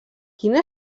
quina